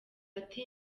ati